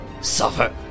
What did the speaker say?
Suffer